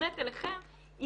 מופנית אליכם,